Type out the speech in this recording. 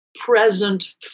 present